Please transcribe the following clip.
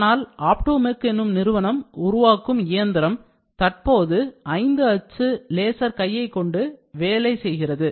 ஆனால் Optomec எனும் நிறுவனம் உருவாக்கும் இயந்திரம்தற்போது 5 அச்சு லேசர் கையை கொண்டு வேலை செய்கிறது